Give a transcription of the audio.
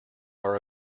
are